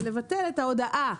זה לבטל את ההודעה,